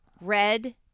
red